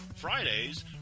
Friday's